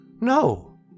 No